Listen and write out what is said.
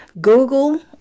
Google